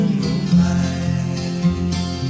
moonlight